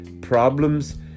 problems